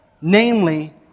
Namely